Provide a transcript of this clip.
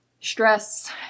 stress